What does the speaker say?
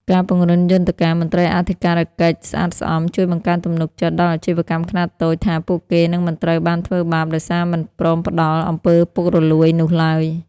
ការពង្រឹងយន្តការ "មន្ត្រីអធិការកិច្ចស្អាតស្អំ" ជួយបង្កើតទំនុកចិត្តដល់អាជីវកម្មខ្នាតតូចថា ពួកគេនឹងមិនត្រូវបានធ្វើបាបដោយសារមិនព្រមផ្ដល់ អំពើពុករលួយ នោះឡើយ។